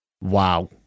Wow